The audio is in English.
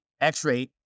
X-ray